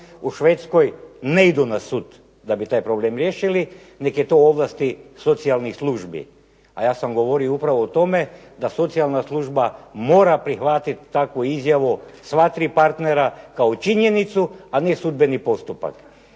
U Švedskoj ne idu na sud da bi taj problem riješili, nego je to ovlast socijalne službe. A ja sam upravo govorio o tome da socijalna služba mora prihvatiti takvu izjavu sva tri partnera kao činjenicu, a ne sudbeni postupak.